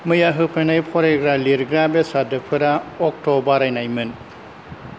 मैया होफैनाय फरायग्रा लिरग्रा बेसादफोरा अक्ट' बारायनायमोन